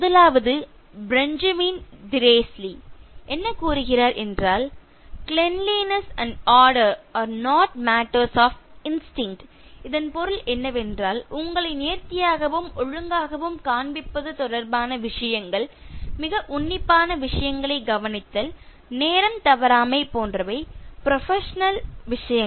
முதலாவது Benjamin Disraeli என்ன கூறுகிறார் என்றால் " cleanliness and order are not matters of instinct " இதன் பொருள் என்னவென்றால் உங்களை நேர்த்தியாகவும் ஒழுங்காகவும் காண்பிப்பது தொடர்பான விஷயங்கள் மிக உன்னிப்பாக விஷயங்களை கவனித்தல் நேரம் தவறாமை போன்ற முழுமையான ப்ரொபஷனல் விஷயங்கள்